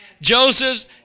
Joseph's